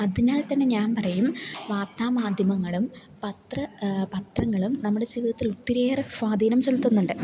അതിനാൽത്തന്നെ ഞാന് പറയും വാർത്താമാദ്ധ്യമങ്ങളും പത്രങ്ങളും നമ്മുടെ ജീവിതത്തിൽ ഒത്തിരിയേറെ സ്വാധീനം ചെലുത്തുന്നുണ്ട്